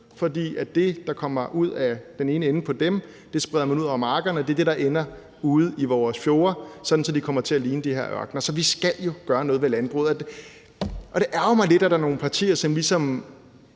for det, der kommer ud af den ene ende på dem, spreder man ud over markerne, og det er det, der ender ude i vores fjorde, sådan at de kommer til at ligne de her ørkener. Så vi skal jo gøre noget ved landbruget, og det ærgrer mig lidt, at der er nogle partier, som ligesom